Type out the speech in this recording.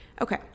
Okay